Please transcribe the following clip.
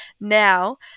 Now